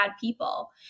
people